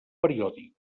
periòdic